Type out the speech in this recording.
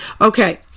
Okay